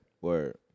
Word